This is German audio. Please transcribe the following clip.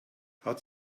hat